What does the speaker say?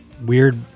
weird